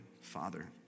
Father